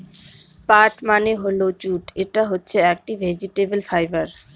পাট মানে হল জুট এটা হচ্ছে একটি ভেজিটেবল ফাইবার